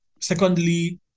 Secondly